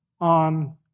on